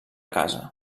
casa